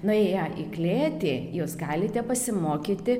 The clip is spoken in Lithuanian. nuėję į klėtį jūs galite pasimokyti